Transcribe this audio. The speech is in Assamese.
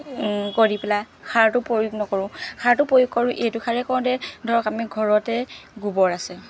কৰি পেলাই সাৰটো প্ৰয়োগ নকৰো সাৰটো প্ৰয়োগ কৰো এইটো সাৰেই কৰো যে ধৰক আমি ঘৰতে গোবৰ আছে